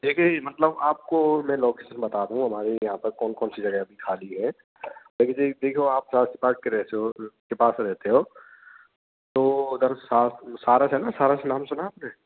देखिए यह मतलब आपको मैं लोकेशन बता दूँ हमारे यहाँ पर कौन कौनसी जगह अभी खाली है लेकिन यह देखो आप बात कर रहे हो उसके पास रहते हो तो उधर सा सारस है ना सारस नाम सुना है आपने